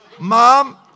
Mom